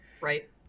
Right